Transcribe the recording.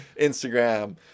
Instagram